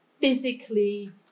physically